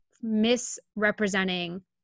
misrepresenting